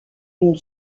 une